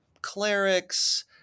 clerics